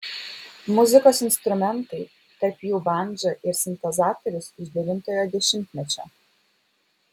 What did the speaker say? muzikos instrumentai tarp jų bandža ir sintezatorius iš devintojo dešimtmečio